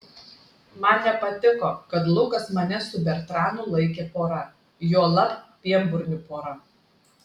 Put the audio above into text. man nepatiko kad lukas mane su bertranu laikė pora juolab pienburnių pora